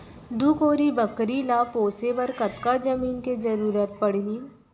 दू कोरी बकरी ला पोसे बर कतका जमीन के जरूरत पढही?